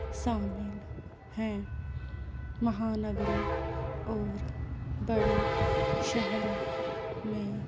شامل ہیں مہانگروں اور بڑے شہروں میں